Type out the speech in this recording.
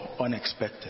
unexpected